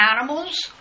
animals